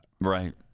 Right